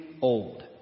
old